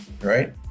right